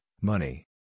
money